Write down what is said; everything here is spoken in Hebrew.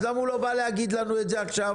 אז למה הוא לא בא להגיד לנו את זה עכשיו?